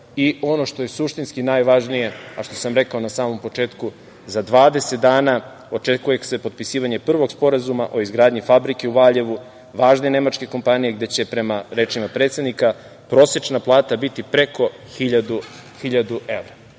evra. Ono što je suštinski najvažnije, a što sam rekao na samom početku, za 20 dana očekuje se potpisivanje prvog sporazuma o izgradnji fabrike u Valjevu, važne nemačke kompanije, gde će, prema rečima predsednika, prosečna plata biti preko 1000